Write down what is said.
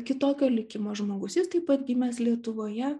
kitokio likimo žmogus jis taip pat gimęs lietuvoje